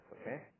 Okay